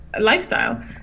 lifestyle